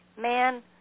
man